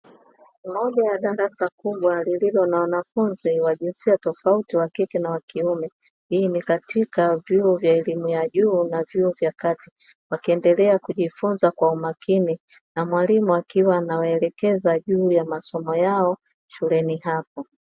Moja ya darasa kubwa lililo na wanafunzi wa jinsia tofauti wakike na wakiume, hii ni katika vyuo vya elimu ya juu na vyuo vya kati wakiendelea kujifunza kwa umakini na mwalimu akiwa anawaelekeza juu ya masomo yao shuleni hapo.